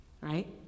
right